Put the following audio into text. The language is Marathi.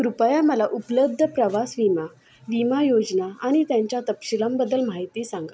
कृपया मला उपलब्ध प्रवास विमा विमा योजना आनि त्यांच्या तपशीलांबद्दल माहिती सांगा